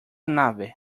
nave